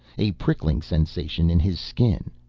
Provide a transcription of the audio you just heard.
a prickling sensation in his skin,